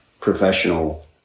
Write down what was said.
professional